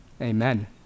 Amen